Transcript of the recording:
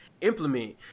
implement